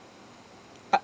uh